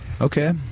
Okay